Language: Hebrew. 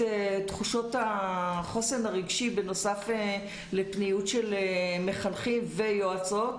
תחושות החוסן הרגשי בנוסף לפניות של מחנכים ויועצות.